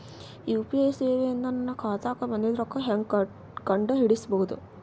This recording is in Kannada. ಯು.ಪಿ.ಐ ಸೇವೆ ಇಂದ ನನ್ನ ಖಾತಾಗ ಬಂದಿದ್ದ ರೊಕ್ಕ ಹೆಂಗ್ ಕಂಡ ಹಿಡಿಸಬಹುದು?